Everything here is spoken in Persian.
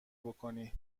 بکنی